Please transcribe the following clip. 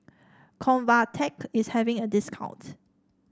convatec is having a discount